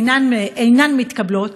אינן מתקבלות,